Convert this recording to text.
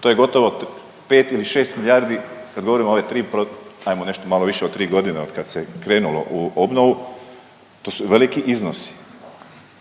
to je gotovo 5 ili 6 milijardi, kad govorimo o ove 3, ajmo nešto malo više od 3 godine od kad se krenulo u obnovu, to su veliki iznosi.